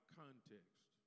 context